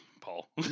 Paul